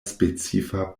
specifa